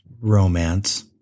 romance